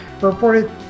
reported